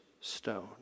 stone